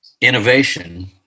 innovation